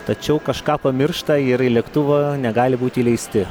tačiau kažką pamiršta ir į lėktuvą negali būti įleisti